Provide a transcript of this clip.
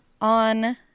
On